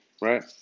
right